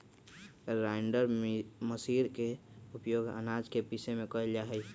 grinder machine के उपयोग आनाज के पीसे में कइल जाहई